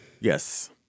Yes